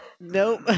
Nope